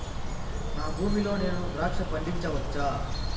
నా భూమి లో నేను ద్రాక్ష పండించవచ్చా?